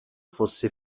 fosse